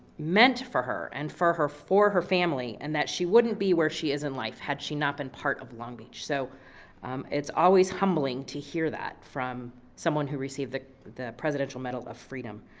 meant for her and for her for her family. and that she wouldn't be where she is in life had she not been part of long beach. so it's always humbling to hear that from someone who received the the presidential medal of freedom.